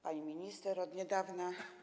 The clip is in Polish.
Pani Minister od niedawna!